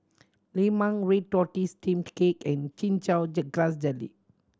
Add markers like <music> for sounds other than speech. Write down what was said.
Lemang red tortoise steamed cake and Chin Chow <unintelligible> grass jelly